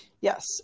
Yes